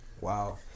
Wow